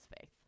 faith